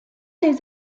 les